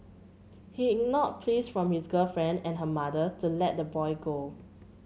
he ignored pleas from his girlfriend and her mother to let the boy go